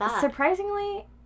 Surprisingly